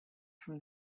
from